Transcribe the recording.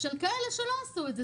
של אלה שלא עשו את זה.